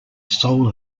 soul